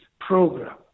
program